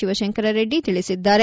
ಶಿವಶಂಕರರೆಡ್ಡಿ ತಿಳಿಸಿದ್ದಾರೆ